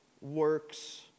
works